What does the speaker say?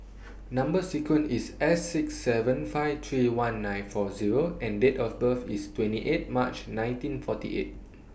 Number sequence IS S six seven five three one nine four Zero and Date of birth IS twenty eight March nineteen forty eight